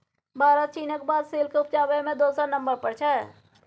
भारत चीनक बाद सिल्क उपजाबै मे दोसर नंबर पर छै